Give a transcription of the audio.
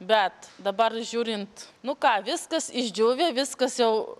bet dabar žiūrint nu ką viskas išdžiūvę viskas jau